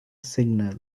signal